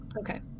okay